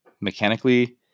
mechanically